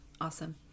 Awesome